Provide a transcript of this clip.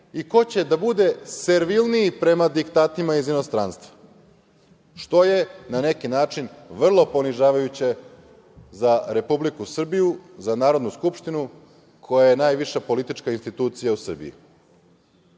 i ko će da bude servilniji prema diktatima iz inostranstva, što je na neki način vrlo ponižavajuće za Republiku Srbiju, za Narodnu skupštinu koja je najviša politička institucija u Srbiji. Tako